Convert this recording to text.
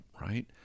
right